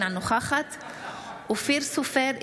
אינה נוכחת אופיר סופר,